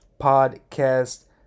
podcast